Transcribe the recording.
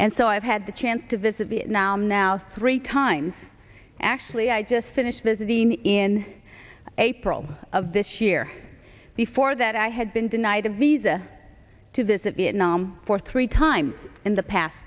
and so i've had the chance to visit vietnam now three times actually i just finished visiting in april of this year before that i had been denied a visa to visit vietnam for three times in the past